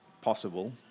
possible